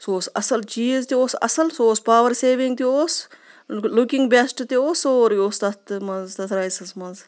سُہ اوس اَصٕل چیٖز تہِ اوس اَصٕل سُہ اوس پاوَر سیوِنٛگ تہِ اوس لُکِنٛگ بٮ۪سٹ تہِ اوس سورُے اوس تَتھ تہٕ منٛز تَتھ رایسَس منٛز